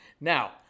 Now